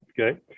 Okay